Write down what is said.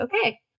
okay